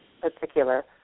particular